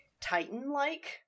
titan-like